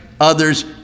others